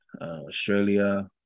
Australia